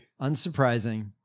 Unsurprising